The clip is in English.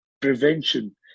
prevention